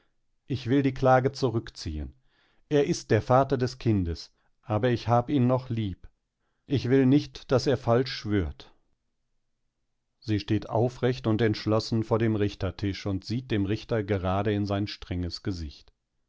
ich will die klage zurückziehen er ist der vater des kindes aber ich hab ihn noch lieb ich will nicht daß er falsch schwört sie steht aufrecht und entschlossen vor dem richtertisch und sieht dem richter gerade in sein strenges gesicht